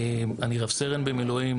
אני רב סרן במילואים,